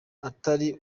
atari